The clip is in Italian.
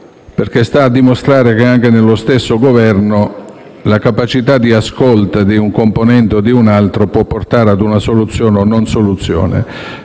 persone, a dimostrazione che nello stesso Governo la capacità di ascolto di un componente o di un altro può portare a una soluzione o non soluzione.